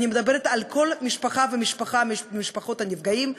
אני מדברת על כל משפחה ומשפחה ממשפחות הנפגעים.